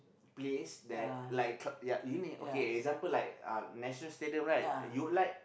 place that like ya you need okay example like uh National-Stadium right you like